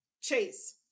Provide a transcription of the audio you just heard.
Chase